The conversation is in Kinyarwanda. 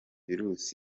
virus